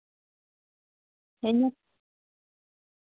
इ'यां